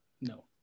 no